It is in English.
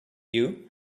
you